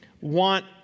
want